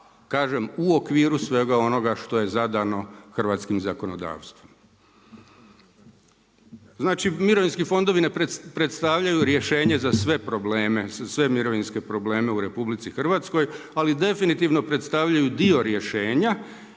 kažem u okviru svega onoga što je zadano hrvatskim zakonodavstvom. Mirovinski fondovi ne predstavljaju za sve mirovinske probleme u RH, ali definitivno predstavljaju dio rješenja